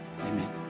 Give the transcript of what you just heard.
Amen